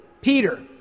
Peter